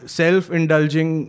self-indulging